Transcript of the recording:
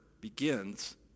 begins